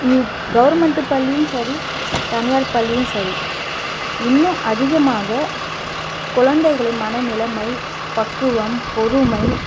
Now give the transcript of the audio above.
இப் கவுர்மெண்ட்டு பள்ளியும் சரி தனியார் பள்ளியும் சரி இன்னும் அதிகமாக குழந்தைகளின் மன நிலமை பக்குவம் பொறுமை